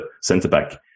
centre-back